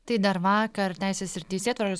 tai dar vakar teisės ir teisėtvarkos